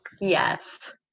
Yes